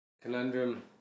Conundrum